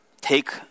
take